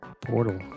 Portal